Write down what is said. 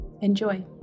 Enjoy